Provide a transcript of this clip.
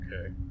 Okay